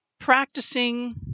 practicing